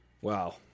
Wow